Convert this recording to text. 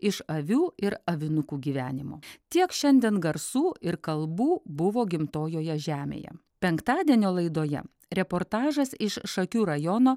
iš avių ir avinukų gyvenimo tiek šiandien garsų ir kalbų buvo gimtojoje žemėje penktadienio laidoje reportažas iš šakių rajono